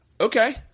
okay